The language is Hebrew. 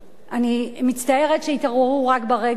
אני מצטערת שהתעוררו רק ברגע הזה,